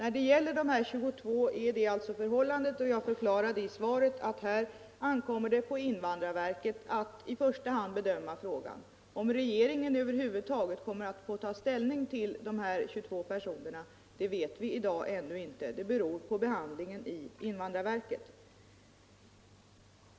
När det gäller dessa 22 är detta alltså förhållandet, och jag förklarade i svaret att det ankommer på invandrarverket att i första hand bedöma frågan. Om regeringen över huvud taget kommer att få ta ställning till dessa 22 personer vet vi i dag ännu inte — det beror på behandlingen i invandrarverket.